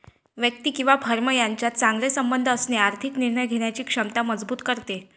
व्यक्ती किंवा फर्म यांच्यात चांगले संबंध असणे आर्थिक निर्णय घेण्याची क्षमता मजबूत करते